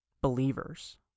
believers